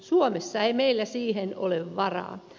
suomessa ei meillä siihen ole varaa